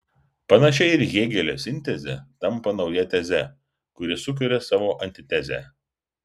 panašiai ir hėgelio sintezė tampa nauja teze kuri sukuria savo antitezę